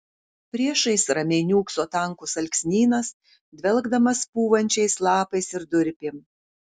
priešais ramiai niūkso tankus alksnynas dvelkdamas pūvančiais lapais ir durpėm